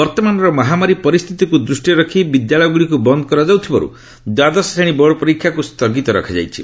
ବର୍ତ୍ତମାନର ମହାମାରୀ ପରିସ୍ଥିତିକୁ ଦୃଷ୍ଟିରେ ରଖି ବିଦ୍ୟାଳୟଗୁଡ଼ିକୁ ବନ୍ଦ କରାଯାଉଥିବାରୁ ଦ୍ୱାଦଶ ଶ୍ରେଣୀ ବୋର୍ଡ ପରୀକ୍ଷାକୁ ସ୍ଥଗିତ ରଖାଯାଇଛି